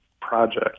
project